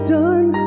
done